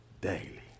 daily